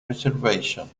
reservation